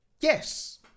Yes